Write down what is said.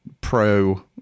pro